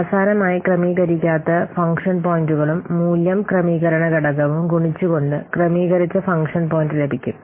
അവസാനമായി ക്രമീകരിക്കാത്ത ഫംഗ്ഷൻ പോയിന്റുകളും മൂല്യം ക്രമീകരണ ഘടകവും ഗുണിച്ചുകൊണ്ട് ക്രമീകരിച്ച ഫംഗ്ഷൻ പോയിന്റ് ലഭിക്കും